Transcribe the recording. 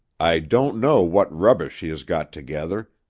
i don't know what rubbish she has got together.